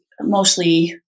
mostly